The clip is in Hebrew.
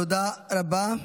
תודה רבה.